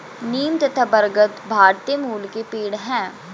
नीम तथा बरगद भारतीय मूल के पेड है